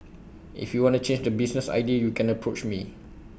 if you wanna change the business idea U can approach me